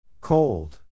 Cold